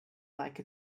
like